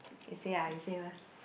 you say ah you say first